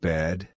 Bed